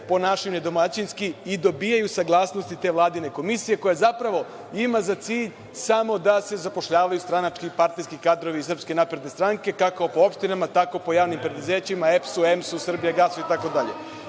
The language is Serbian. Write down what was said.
ponašaju nedomaćinski i dobijaju saglasnost i te vladine komisije, koja zapravo ima za cilj samo da se zapošljavaju stranački i partijski kadrovi SNS, tako po opštinama, tako po javnim preduzećima, EPS-u, EMS-u, „Srbijagasu“ itd.